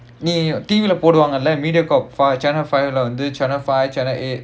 நீ:nee T_V leh போடுவார்களா:poduvaargalaa Mediacorp channel five வந்து:vanthu channel five channel eight